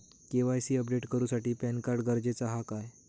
KYC update करूसाठी PAN card गरजेचा हा काय?